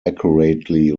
accurately